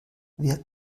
wer